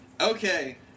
Okay